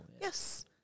Yes